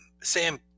Sam